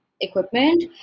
equipment